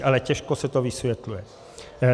Ale těžko se to vysvětluje.